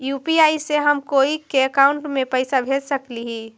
UPI से हम कोई के अकाउंट में पैसा भेज सकली ही?